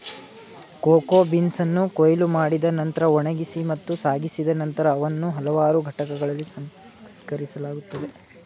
cocoa ಬೀನ್ಸನ್ನು ಕೊಯ್ಲು ಮಾಡಿದ ನಂತ್ರ ಒಣಗಿಸಿ ಮತ್ತು ಸಾಗಿಸಿದ ನಂತರ ಅವನ್ನು ಹಲವಾರು ಘಟಕಗಳಲ್ಲಿ ಸಂಸ್ಕರಿಸಲಾಗುತ್ತದೆ